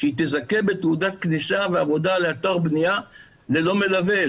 שתזכה בתעודת כניסה ועבודה באתר בנייה ללא מלווה.